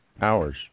hours